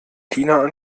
tina